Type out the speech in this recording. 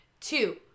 Two